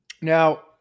Now